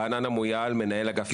אני רענן אמויאל, מנהל אגף תכנון.